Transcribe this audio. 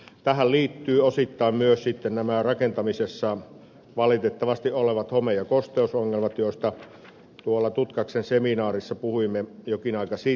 tähän liittyvät osittain myös nämä rakentamisessa valitettavasti olevat home ja kosteusongelmat joista tutkaksen seminaarissa puhuimme jokin aika sitten